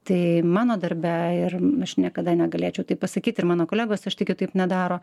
tai mano darbe ir aš niekada negalėčiau taip pasakyt ir mano kolegos aš tikiu taip nedaro